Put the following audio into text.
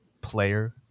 player